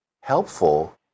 helpful